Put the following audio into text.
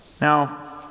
Now